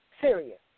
Serious